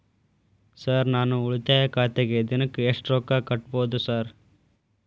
Sir ನಾನು ಉಳಿತಾಯ ಖಾತೆಗೆ ದಿನಕ್ಕ ಎಷ್ಟು ರೊಕ್ಕಾ ಕಟ್ಟುಬಹುದು ಸರ್?